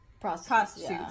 prostitutes